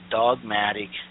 dogmatic